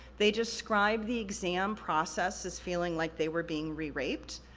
they described the exam process as feeling like they were being re-raped.